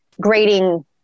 grading